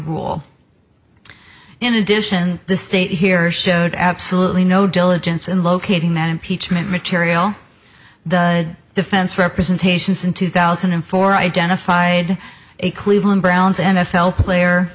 rule in addition the state here showed absolutely no diligence in locating that impeachment material the defense representations in two thousand and four identified a cleveland browns n